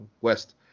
west